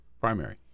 primary